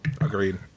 Agreed